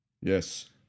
Yes